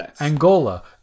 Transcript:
Angola